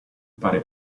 pare